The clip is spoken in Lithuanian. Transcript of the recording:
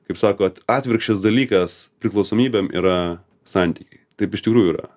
kaip sakot atvirkščias dalykas priklausomybėm yra santykiai taip iš tikrųjų yra